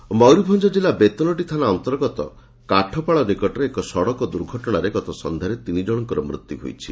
ଦୁର୍ଘଟଣା ମୟରଭଞ୍ଞ ଜିଲ୍ଲୁ ବେତନଟୀ ଥାନା ଅନ୍ତର୍ଗତ କାଠପାଳ ନିକଟରେ ଏକ ସଡ଼କ ଦୁର୍ଘଟଣାରେ ଗତ ସନ୍ଧ୍ୟାରେ ତିନି ଜଶଙ୍କର ମୃତ୍ଧୁ ହୋଇଛି